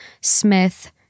smith